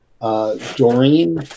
Doreen